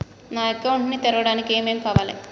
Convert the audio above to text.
నా అకౌంట్ ని తెరవడానికి ఏం ఏం కావాలే?